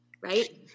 right